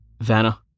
Vanna